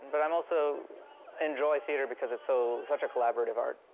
but i also enjoy theater because it's so such a collaborative art,